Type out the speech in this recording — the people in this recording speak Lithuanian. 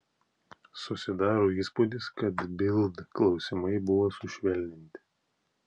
susidaro įspūdis kad bild klausimai buvo sušvelninti